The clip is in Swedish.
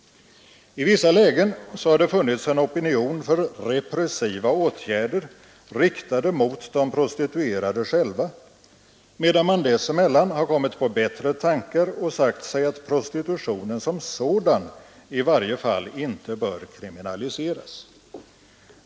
I vissa lägen har det funnits en opinion för repressiva åtgärder, riktade mot de prostituerade själva, medan man dessemellan har kommit på bättre tankar och sagt sig att prostitutionen som sådan i varje fall inte bör kriminaliseras.